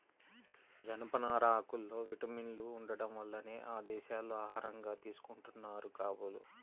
జనపనార ఆకుల్లో విటమిన్లు ఉండటం వల్లనే ఆ దేశాల్లో ఆహారంగా తీసుకుంటున్నారు కాబోలు